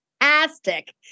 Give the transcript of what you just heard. fantastic